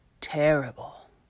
Terrible